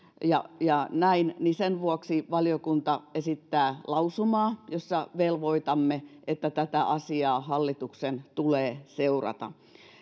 ja ja näin valiokunta esittää lausumaa jossa velvoitamme että tätä asiaa hallituksen tulee seurata